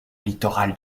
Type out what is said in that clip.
littoral